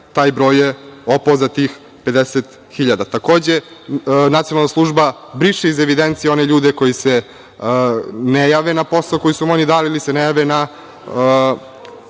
taj broj je opao za tih 50.000.Takođe NSZ briše iz evidencije one ljude koji se ne jave na posao koji su mu dali ili se ne jave na